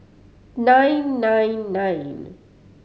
nine nine nine